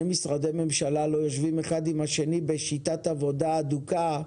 משרדי ממשלה יושבים האחד עם השני בשיטת עבודה הדוקה.